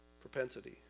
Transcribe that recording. propensity